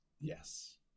Yes